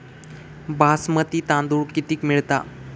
बासमती तांदूळ कितीक मिळता?